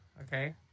okay